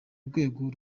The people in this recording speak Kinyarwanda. rwego